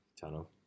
Tunnel